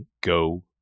Go